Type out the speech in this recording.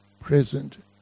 present